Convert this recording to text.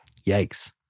Yikes